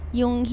yung